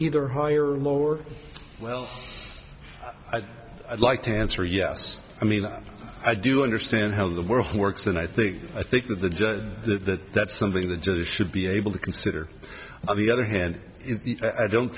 either higher or lower well i'd like to answer yes i mean i do understand how the world works and i think i think that the judge that that's something that just should be able to consider on the other hand i don't